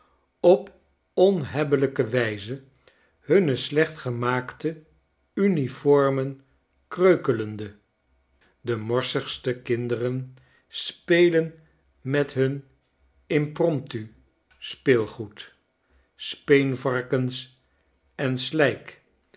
op onhebbelijka wijze hunne slecht gemaakte uniformen kreukelende de morsigste kinderen spelen met hun impromptu speelgoed speenvarkens en slijk